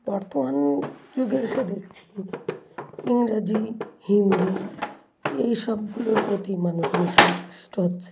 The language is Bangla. বর্তমান যুগে এসে দেখছি ইংরাজি হিন্দি এই সবগুলোর প্রতি মানুষ বেশি আকৃষ্ট হচ্ছে